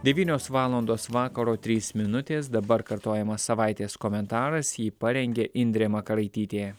devynios valandos vakaro trys minutės dabar kartojamas savaitės komentaras jį parengė indrė makaraitytė